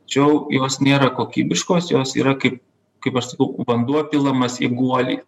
tačiau jos nėra kokybiškos jos yra kaip kaip aš sakau vanduo pilamas į guolį